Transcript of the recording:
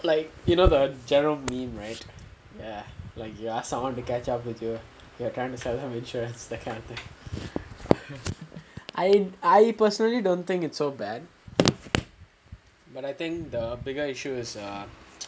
like you know the gerald meme right ya like he ask someone to catch up with you we are trying to sell insurance that kind of thing I I personally don't think it's so bad but I think the bigger issues err